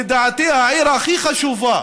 איך זה יכול לקרות שלדעתי העיר הכי חשובה